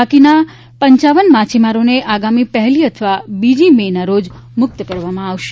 બાકીના પપ માછીમારોને આગામી પહેલી અથવા બીજી મે ના રોજ મૂક્ત કરવામાં આવશે